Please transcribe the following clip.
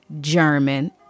German